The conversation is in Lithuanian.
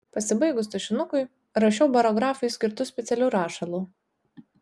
pasibaigus tušinukui rašiau barografui skirtu specialiu rašalu